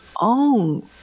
own